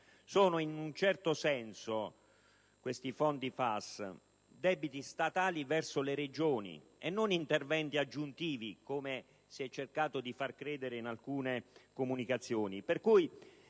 sono in un certo senso debiti statali verso le Regioni e non interventi aggiuntivi, come si è cercato di far credere in alcune comunicazioni.